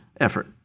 effort